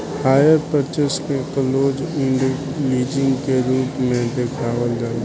hire purchase के close end leasing के रूप में देखावल जाला